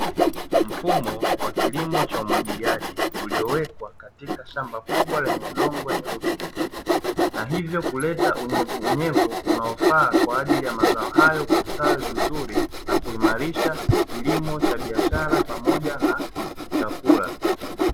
Mfumo wa kilimo cha umwagiliaji uliowekwa katika shamba kubwa lenye udongo wenye rutuba, na hivyo kuleta unyevunyevu unaofaa kwa ajili ya mazao hayo kustawi vizuri na kuimarisha kilimo cha biashara pamoja na chakula.